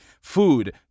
food